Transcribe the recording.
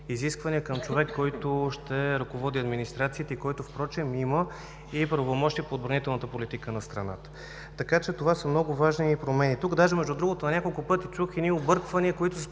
изисквания към човек, който ще ръководи администрацията и, който има и правомощия по отбранителната политика на страната. Това са много важни промени. Тук дори на няколко пъти чух едни обърквания,